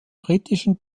britischen